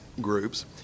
groups